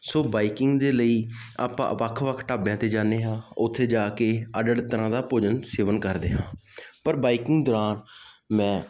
ਸੋ biking ਦੇ ਲਈ ਆਪਾਂ ਵੱਖ ਵੱਖ ਢਾਬਿਆਂ 'ਤੇ ਜਾਂਦੇ ਹਾਂ ਉੱਥੇ ਜਾ ਕੇ ਅੱਡ ਅੱਡ ਤਰ੍ਹਾਂ ਦਾ ਭੋਜਨ ਸੇਵਨ ਕਰਦੇ ਹਾਂ ਪਰ ਬਾਈਕਿੰਗ ਦੌਰਾਨ ਮੈਂ